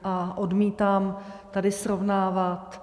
A odmítám tady srovnávat